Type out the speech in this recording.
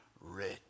rich